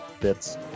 bits